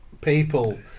people